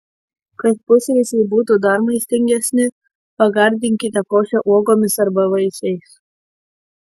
kad pusryčiai būtų dar maistingesni pagardinkite košę uogomis arba vaisiais